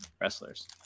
wrestlers